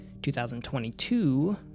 2022